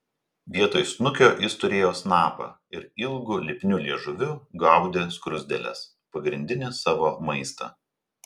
vietoj snukio jis turėjo snapą ir ilgu lipniu liežuviu gaudė skruzdėles pagrindinį savo maistą